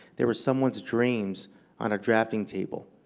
they were someone's dreams on a drafting table.